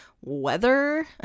weather